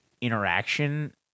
interaction